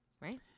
Right